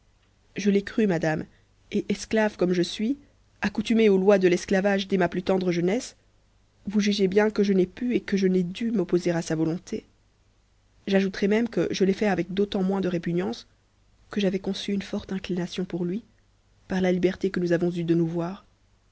je l'ai cru madame et esclave comme je suis accoutumée aux lois de l'esclavage dès ma ph tendre jeunesse vous jugez bien que je n'ai pu et que je n'ai d m'oppo ser à sa volonté j'ajouterai même que je l'ai fait avec d'autant moins de répugnance que j'avais conçu une forte inclination pour lui par la liberté que nous avons eue de nous voir